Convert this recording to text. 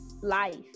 life